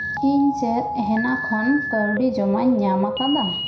ᱤᱧ ᱪᱮᱫ ᱦᱮᱱᱟ ᱠᱷᱚᱱ ᱠᱟᱹᱰᱤ ᱡᱚᱢᱟᱧ ᱧᱟᱢ ᱟᱠᱟᱫᱟ